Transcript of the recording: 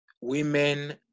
women